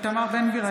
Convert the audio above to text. (קוראת בשמות חברי הכנסת) איתמר בן גביר,